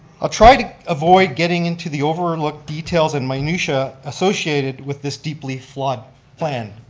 ah try to avoid getting into the overlooked details and minutiae associated with this deeply flawed plan.